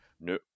No